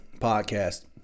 podcast